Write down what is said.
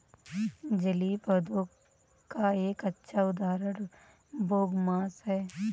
जलीय पौधों का एक अच्छा उदाहरण बोगमास है